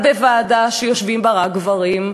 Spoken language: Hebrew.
אבל בוועדה שיושבים בה רק גברים,